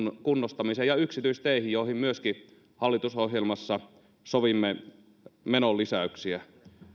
kunnostamiseen ja yksityisteihin joihin myöskin hallitusohjelmassa sovimme menonlisäyksiä